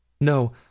No